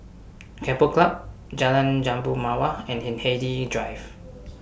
Keppel Club Jalan Jambu Mawar and Hindhede Drive